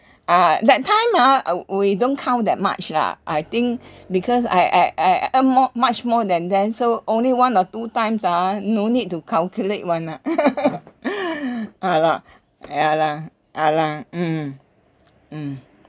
uh that time ah ugh we don't count that much lah I think because I I I I earn more much more than them so only one or two times ah no need to calculate one lah lah ya lah ~a lah mm mm